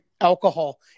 alcohol